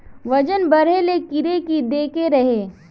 वजन बढे ले कीड़े की देके रहे?